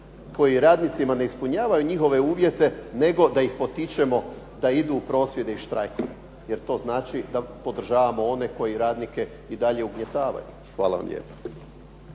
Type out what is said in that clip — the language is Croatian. koji radnicima ne ispunjavaju njihove uvjete nego da ih potičemo da idu u prosvjede i štrajkove. Jer to znači da podržavamo one koji radnike i dalje ugnjetavaju. Hvala vam lijepo.